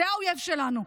זה האויב שלנו.